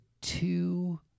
two